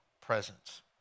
presence